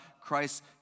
Christ